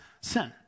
sin